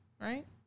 right